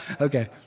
Okay